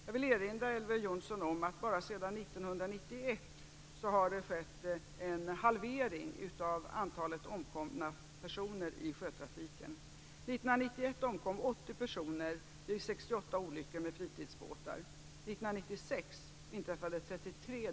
Jag vill erinra Elver Jonsson om att det bara sedan 1991 har skett en halvering av antalet omkomna personer i sjötrafiken. 1991 omkom 80 personer vid 68 olyckor med fritidsbåtar.